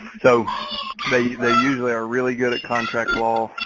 so they usually are really good at contract law.